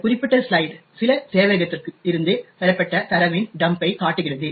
இந்த குறிப்பிட்ட ஸ்லைடு சில சேவையகத்திலிருந்து பெறப்பட்ட தரவின் டம்பைக் காட்டுகிறது